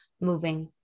moving